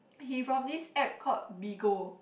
he from this app called Bigo